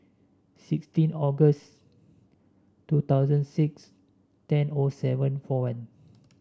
sixteen August two thousand six ten O seven four one